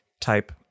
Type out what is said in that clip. type